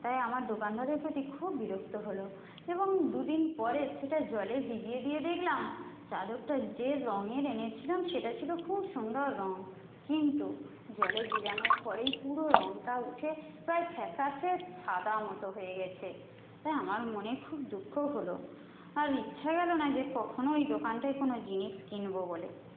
তাই আমার দোকানদারের প্রতি খুব বিরক্ত হলো এবং দুদিন পরে সেটা জলে ভিজিয়ে দিয়ে দেখলাম চাদরটা যে রঙের এনেছিলাম সেটা ছিলো খুব সুন্দর রঙ কিন্তু জলে ভিজানোর পরেই পুরো রঙটা উঠে প্রায় ফ্যাকাসে সাদা মতো হয়ে গেছে তাই আমার মনে খুব দুঃখ হলো আর ইচ্ছা গেলো না যে কখনও ওই দোকানটায় কোনো জিনিস কিনবো বলে